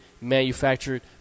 manufactured